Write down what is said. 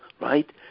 right